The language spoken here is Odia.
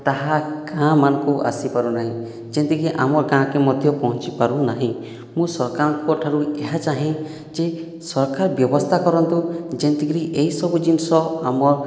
ତାହା ଗାଁମାନଙ୍କୁ ଆସିପାରୁନାହିଁ ଯେମିତିକି ଆମର ଗାଁକୁ ମଧ୍ୟ ପହଞ୍ଚିପାରୁନାହିଁ ମୁଁ ସରକାରଙ୍କଠାରୁ ଏହା ଚାହେଁ ଯେ ସରକାର ବ୍ୟବସ୍ଥା କରନ୍ତୁ ଯେମିତିକରି ଏହିସବୁ ଜିନିଷ ଆମର